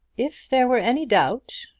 if there were any doubt,